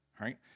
right